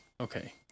Okay